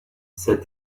said